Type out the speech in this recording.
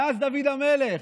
מאז דוד המלך.